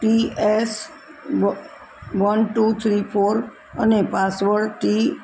T S one two three four અને password T